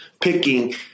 picking